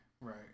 Right